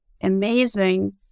amazing